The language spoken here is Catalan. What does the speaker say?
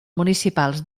municipals